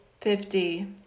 fifty